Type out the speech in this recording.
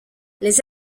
les